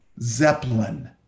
Zeppelin